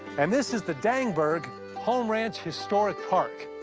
and this is the dangberg home ranch historic park.